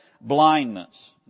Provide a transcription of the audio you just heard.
blindness